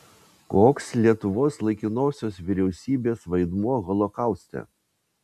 koks lietuvos laikinosios vyriausybės vaidmuo holokauste